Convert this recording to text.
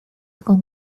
con